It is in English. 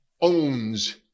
owns